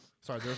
Sorry